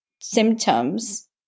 symptoms